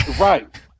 Right